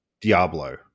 Diablo